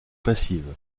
passive